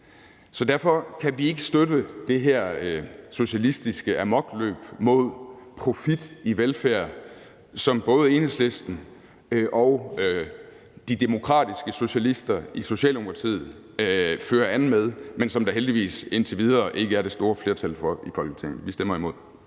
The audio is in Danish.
Så derfor kan vi ikke støtte det her socialistiske amokløb mod profit i velfærd, som både Enhedslisten og de demokratiske socialister i Socialdemokratiet fører an med, men som der heldigvis indtil videre ikke er det store flertal for i Folketinget. Vi stemmer imod.